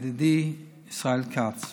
ידידי ישראל כץ.